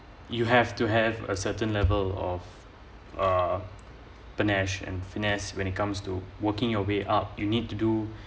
you have to have a certain level of uh fines~ and finesse when it comes to working your way up you need do